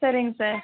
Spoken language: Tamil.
சரிங்க சார்